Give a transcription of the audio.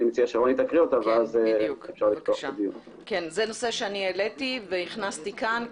זה נושא שהעליתי והכנסתי פה.